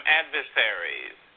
adversaries